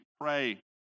pray